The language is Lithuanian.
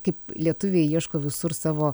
kaip lietuviai ieško visur savo